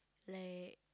like